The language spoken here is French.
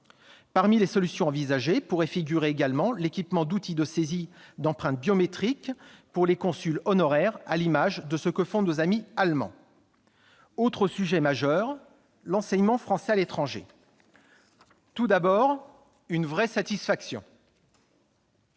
Parmi les solutions envisagées pourrait figurer également l'équipement d'outils de saisie d'empreintes biométriques pour les consuls honoraires, à l'image de ce que font nos amis Allemands. Autre sujet majeur : l'enseignement français à l'étranger. Tout d'abord, je veux faire